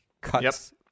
cuts